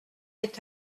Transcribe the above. est